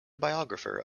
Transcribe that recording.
biographer